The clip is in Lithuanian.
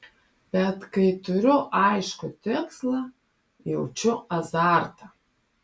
bet kai turiu aiškų tikslą jaučiu azartą